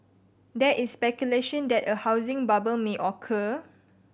there is speculation that a housing bubble may occur